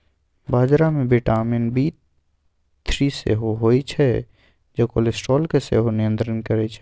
बजरा मे vitamin B three सेहो होइ छै जे कोलेस्ट्रॉल केँ सेहो नियंत्रित करय छै